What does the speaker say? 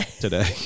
today